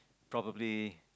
probably